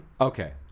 Okay